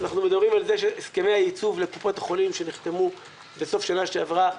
אנחנו מדברים על ההסכמים לקופות החולים שנחתמו בסוף שנה שעברה,